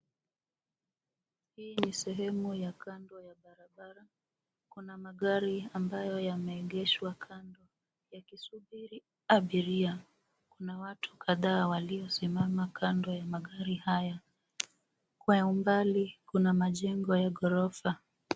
Hii ni sehemu ya kando ya barabara. Kuna magari ambayo yameegeshwa kando, yakisubiri abiria. Kuna watu kadhaa waliosimama kando ya magari haya. Kwa umbali kuna majengo ya ghorofa.